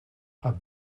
have